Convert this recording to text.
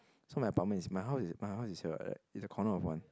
so my apartment is my house is my house is here right in the corner of one